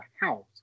house